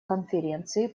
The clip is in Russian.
конференции